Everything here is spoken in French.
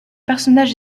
personnage